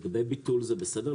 לגבי ביטול, זה בסדר.